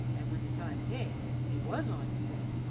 and when the time came he was on view.